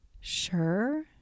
Sure